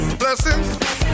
blessings